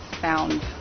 found